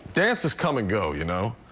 dances come and go, you know.